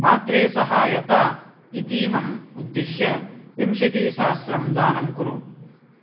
मात्रे सहायता इतीमम् उद्दिश्य विंशतिसहस्रं दानं कुरु